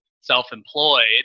self-employed